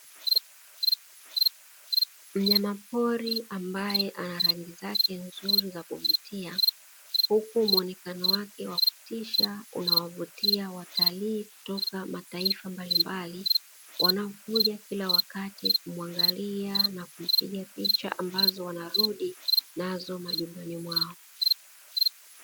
Mnyama pori ambaye ana rangi za kuvutia huku muonekano wake wa kutisha unawavutia watalii kutoka mataifa mbalimbali. Wanaokuja kila wakati kumwagilia na kupiga picha, ambazo wanarudi nazo mwakwao.